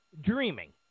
dreaming